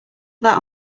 that